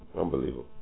Unbelievable